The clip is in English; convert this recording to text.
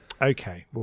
Okay